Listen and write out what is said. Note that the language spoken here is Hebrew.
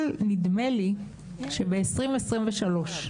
אבל נדמה לי, שב-2023,